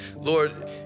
Lord